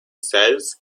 says